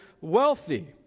wealthy